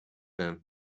them